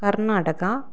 Karnataka